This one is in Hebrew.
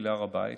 בעצם,